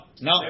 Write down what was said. no